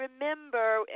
remember